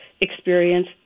experience